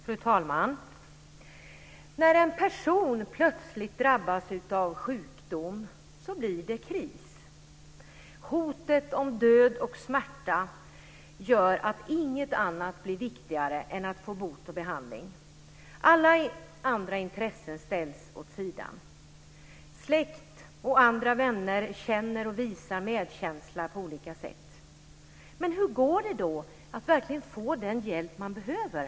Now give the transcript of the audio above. Fru talman! När en person plötsligt drabbas av sjukdom blir det kris. Hotet om död och smärta gör att inget annat blir viktigare än att få bot och behandling. Alla andra intressen ställs åt sidan. Släkt och andra vänner känner och visar medkänsla på olika sätt. Men hur går det då att verkligen få den hjälp man behöver?